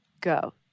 go